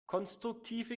konstruktive